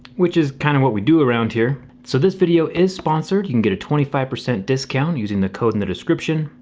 which is kind of what we do around here. so this video is sponsored. you can get a twenty five percent discount using the code in the description.